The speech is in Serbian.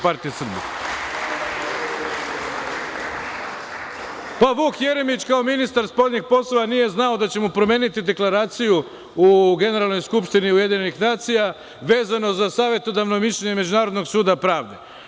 Pa, Vuk Jeremić kao ministar spoljnih poslova nije znao da će mu promeniti deklaraciju u generalnoj skupštini UN vezano za savetodavno mišljenje Međunarodnog suda pravde.